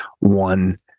one